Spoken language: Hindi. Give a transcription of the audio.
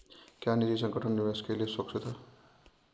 क्या निजी संगठन निवेश के लिए सुरक्षित हैं?